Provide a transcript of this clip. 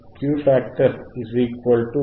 Q factor fC Bandwidth